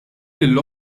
lill